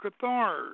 Cathars